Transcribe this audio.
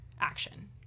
action